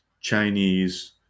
Chinese